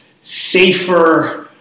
safer